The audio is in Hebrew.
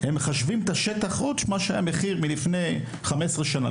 הם מחשבים את השטח חוץ מה שהיה מחיר מלפני 15 שנה,